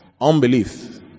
Unbelief